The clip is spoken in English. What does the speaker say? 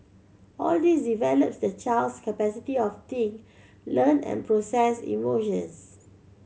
all this develop the child's capacity of think learn and process emotions